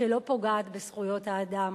שלא פוגעת בזכויות האדם.